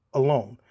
alone